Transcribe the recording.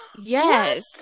yes